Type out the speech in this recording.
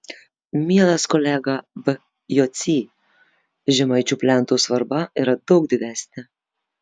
mielas kolega v jocy žemaičių plento svarba yra daug didesnė